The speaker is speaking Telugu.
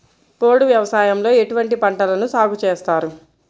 పోడు వ్యవసాయంలో ఎటువంటి పంటలను సాగుచేస్తారు?